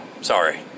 Sorry